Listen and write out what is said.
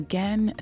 Again